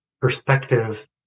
perspective